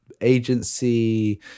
agency